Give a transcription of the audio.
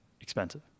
expensive